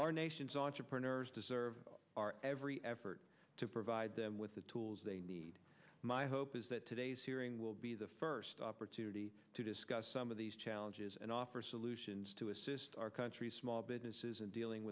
our nation saw chipper nurse deserves every effort to provide them with the tools they need my hope is that today's hearing will be the first opportunity to discuss some of these challenges and offer solutions to assist our country small businesses in dealing